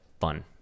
fun